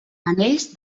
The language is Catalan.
ells